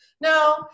No